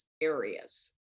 areas